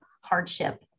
hardship